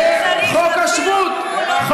כל מה שצריך, אפילו אם הוא, לחוק השבות, לא מוסרי.